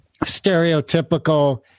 stereotypical